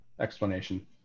explanation